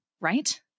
right